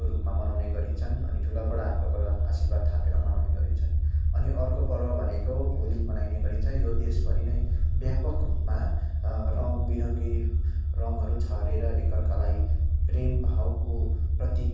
को रुपमा मनाउने गरिन्छन् अनि ठुला बडाहरूकोबाट आशिर्वाद थापेर मनाउने गरिन्छन् अनि अर्को पर्व भनेको होली मनाइने गरिन्छ यो देशभरि नै व्यापक रूपमा रङ्ग विरङ्गी रङ्गहरू छरेर एकअर्कालाई प्रेम भावको प्रतिक